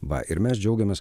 va ir mes džiaugiamės